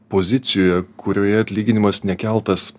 pozicijoje kurioje atlyginimas nekeltas